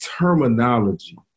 terminology